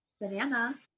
banana